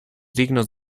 dignos